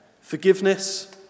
forgiveness